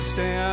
Stay